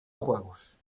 juegos